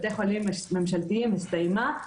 בתי חולים ממשלתיים הסתיימה,